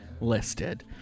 listed